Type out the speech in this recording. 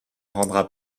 rendra